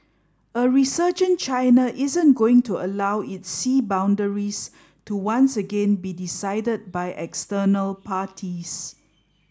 a resurgent China isn't going to allow its sea boundaries to once again be decided by external parties